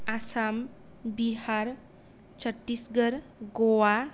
Assam Bihar Chhattisgarh Goa